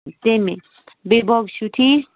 تٔمی بیٚیہِ باقٕے چھُو ٹھیٖک